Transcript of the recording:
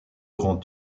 grand